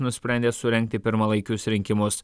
nusprendė surengti pirmalaikius rinkimus